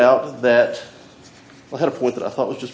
out that i had a point that i thought was just